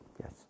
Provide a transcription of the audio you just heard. Yes